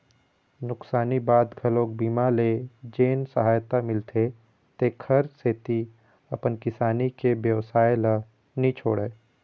नुकसानी बाद घलोक बीमा ले जेन सहायता मिलथे तेखर सेती अपन किसानी के बेवसाय ल नी छोड़य